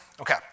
Okay